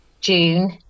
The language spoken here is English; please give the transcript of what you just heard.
june